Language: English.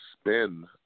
spin